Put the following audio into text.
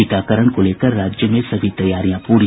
टीकाकरण को लेकर राज्य में सभी तैयारियां पूरी